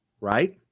right